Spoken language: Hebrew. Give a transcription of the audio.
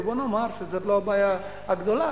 ובוא נאמר שזו לא הבעיה הגדולה,